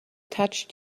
touched